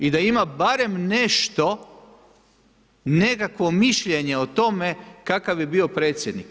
I da ima barem nešto, nekakvo mišljenje o tome kakav je bio predsjednik.